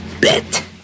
bet